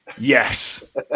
Yes